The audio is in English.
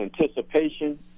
anticipation